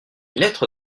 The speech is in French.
lettre